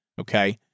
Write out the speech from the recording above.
okay